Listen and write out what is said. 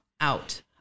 out